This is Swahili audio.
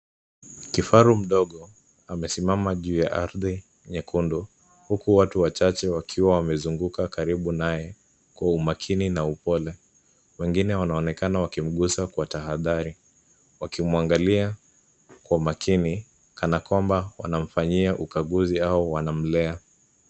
Kifaru mdogo amesimama juu ya ardhi nyekundu, huku watu wachache wakiwa wamezunguka karibu naye kwa umakini na upole. Wengine wanaonekana wakimgusa kwa tahadhari, wakimwangalia kwa makini kana kwamba wanamfanyia ukaguzi au wanamlea.